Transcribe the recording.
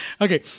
Okay